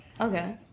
Okay